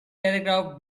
paragraphs